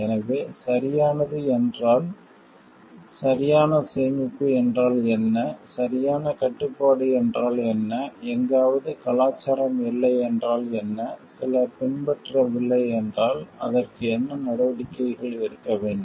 எனவே சரியானது என்றால் சரியான சேமிப்பு என்றால் என்ன சரியான கட்டுப்பாடு என்றால் என்ன எங்காவது கலாச்சாரம் இல்லை என்றால் என்ன சிலர் பின்பற்றவில்லை என்றால் அதற்கு என்ன நடவடிக்கைகள் எடுக்க வேண்டும்